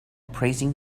praising